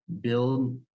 build